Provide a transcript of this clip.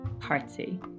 party